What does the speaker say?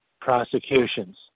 prosecutions